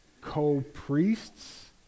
co-priests